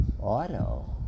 Auto